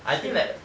I think like